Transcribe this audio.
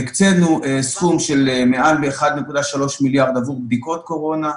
הקצינו סכום של מעל 1.3 מיליארד לעשות בדיקות קורונה,